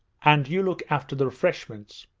and you look after the refreshments